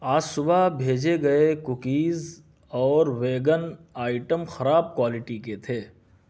آج صُبح بھیجے گئے کوکیزاور ویگن آئیٹم خراب کوالٹی کے تھے